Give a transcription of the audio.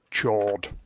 Chord